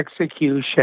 execution